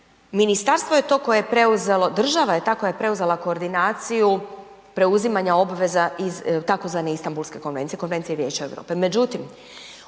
ministarstvo je to koje je preuzelo, država je ta koja je preuzela koordinaciju preuzimanja obveza iz tzv. Istanbulske konvencije, Konvencije vijeća Europe.